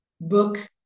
book